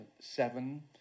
seven